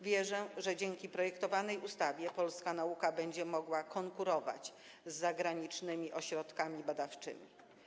Wierzę, że dzięki projektowanej ustawie polska nauka będzie mogła konkurować z zagranicznymi ośrodkami badawczymi.